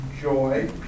joy